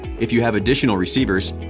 if you have additional receivers,